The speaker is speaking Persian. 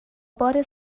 بار